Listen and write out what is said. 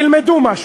תלמדו משהו: